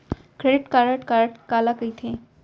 Credit card काला कहिथे?